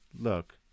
Look